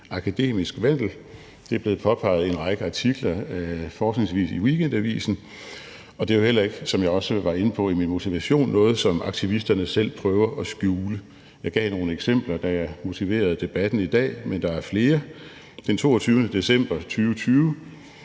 akademisk vandel, det er blevet påpeget i en række artikler, fortrinsvis i Weekendavisen, og det er jo heller ikke, som jeg også var inde på i min motivation, noget, som aktivisterne selv prøver at skjule; jeg gav nogle eksempler, da jeg motiverede debatten i dag, men der er flere. Den 22. december 2020